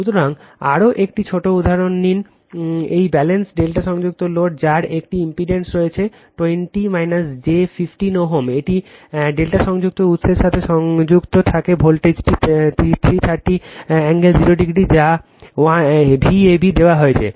সুতরাং আরেকটি ছোট উদাহরণ নিন একটি ব্যালেন্সড ∆ সংযুক্ত লোড যার একটি ইম্পিডেন্স রয়েছে 20 j 15 Ω একটি ∆ সংযুক্ত উৎসের সাথে সংযুক্ত থাকে ভোল্টেজটি 330 কোণ 0o যা Vab দেওয়া হয়